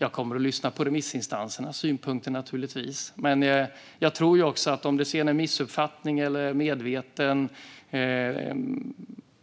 Jag kommer att lyssna på remissinstansernas synpunkter. Jag tror också att det är en missuppfattning eller ett medvetet